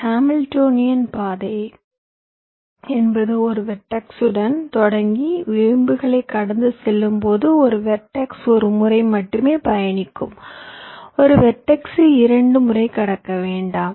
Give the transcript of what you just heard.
ஹாமில்டோனிய பாதையை என்பது ஒரு வெர்டெக்ஸுடன் தொடங்கி விளிம்புகளை கடந்து செல்லும்போது ஒரு வெர்டெக்ஸ் ஒரு முறை மட்டுமே பயணிக்கும் ஒரு வெர்டெக்ஸை இரண்டு முறை கடக்க வேண்டாம்